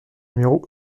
numéro